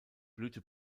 blühte